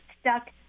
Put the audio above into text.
stuck